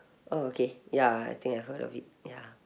oh okay ya I think I heard of it ya